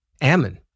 Ammon